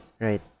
right